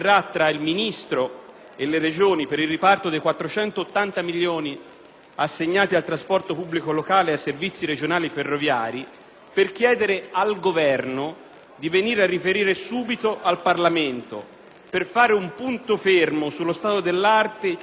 assegnati al trasporto pubblico locale e ai servizi regionali ferroviari, chieda al Governo di venire a riferire subito in Parlamento per mettere un punto fermo sullo stato dell'arte circa la situazione che così diffusamente si è determinata nel Paese